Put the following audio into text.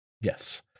Yes